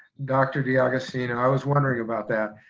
dr. d'agostino, i was wondering about that.